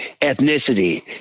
ethnicity